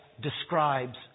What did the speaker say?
describes